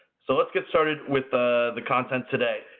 so let's get started with ah the content today.